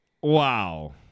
Wow